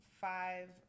five